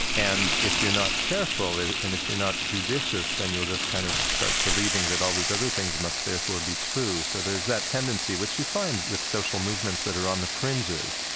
and if you're not careful and if you're not judicious, then you'll just kind of start believing that all those other things must therefore be true. so there's that tendency, which you find with social movements that are on the fringes.